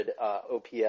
OPS